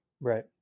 Right